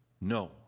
No